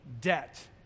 debt